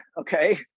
okay